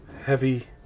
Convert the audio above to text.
heavy